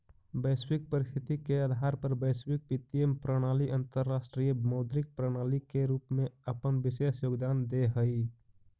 वैश्विक परिस्थिति के आधार पर वैश्विक वित्तीय प्रणाली अंतरराष्ट्रीय मौद्रिक प्रणाली के रूप में अपन विशेष योगदान देऽ हई